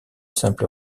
simple